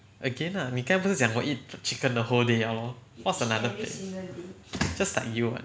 again lah 刚才不是讲我 eat chicken the whole day liao lor what's another plate just like you [what]